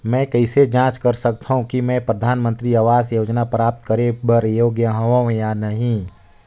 मैं कइसे जांच सकथव कि मैं परधानमंतरी आवास योजना प्राप्त करे बर योग्य हववं या नहीं?